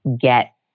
get